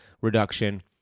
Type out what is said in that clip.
reduction